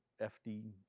FD